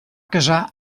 casar